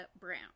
Brown